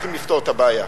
מוכרחים לפתור את הבעיה.